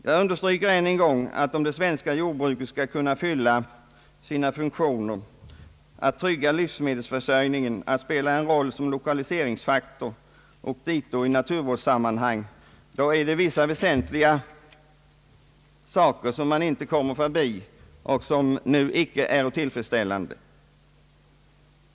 Jag understryker än en gång att om det svenska jordbruket skall kunna fylla sina funktioner att trygga livsmedelsförsörjningen, att spela en roll som l1okaliseringsfaktor och dito i naturvårdssammanhang, är det vissa väsentliga saker som man inte kommer förbi och som nu icke är tillfredsställande.